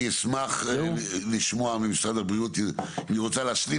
אני אשמח לשמוע ממשרד הבריאות אם רוצה להשלים